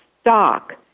stock